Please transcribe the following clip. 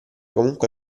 comunque